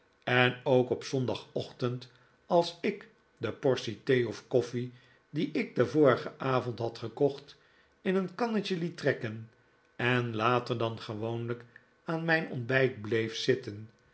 en ook op zondagochtend als ik de portie thee of koffie die ik den vorigen avond had gekocht in een kannetje liet trekken en later dan gewoonlijk aan mijn ontbijt bleef zitten